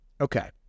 Okay